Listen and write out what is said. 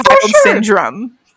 syndrome